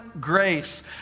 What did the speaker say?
grace